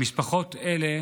למשפחות האלה